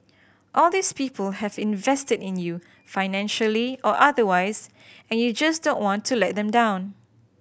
all these people have invested in you financially or otherwise and you just don't want to let them down